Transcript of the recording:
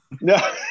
No